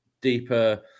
deeper